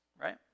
right